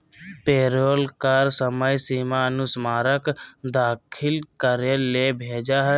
payroll कर समय सीमा अनुस्मारक दाखिल करे ले भेजय हइ